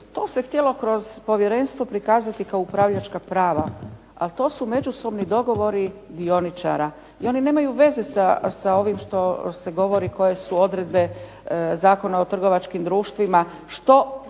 To se htjelo kroz Povjerenstvo prikazati kao upravljačka prava. Ali to su međusobni dogovori dioničara i oni nemaju veze sa ovim što se govori koje su odredbe Zakona o trgovačkim društvima